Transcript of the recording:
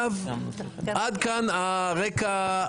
עד כאן הרקע,